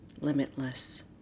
limitless